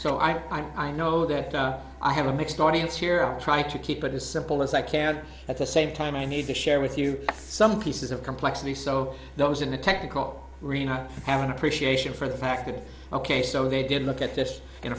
so i i know that i have a mixed audience here i'll try to keep it as simple as i can at the same time i need to share with you some pieces of complexity so those in the technical really not have an appreciation for the fact that ok so they did look at this in